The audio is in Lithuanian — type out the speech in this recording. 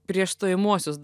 prieš stojamuosius